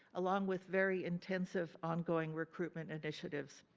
along with very intensive ongoing recruitment initiatives.